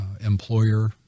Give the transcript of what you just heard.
employer